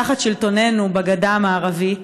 תחת שלטוננו בגדה המערבית,